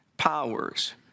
powers